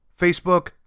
Facebook